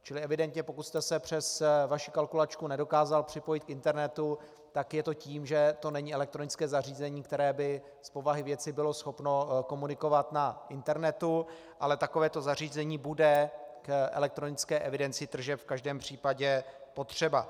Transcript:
Čili evidentně pokud jste se přes vaši kalkulačku nedokázal připojit k internetu, tak je to tím, že to není elektronické zařízení, které by z povahy věci bylo schopno komunikovat na internetu, ale takovéto zařízení bude k elektronické evidenci tržeb v každém případě potřeba.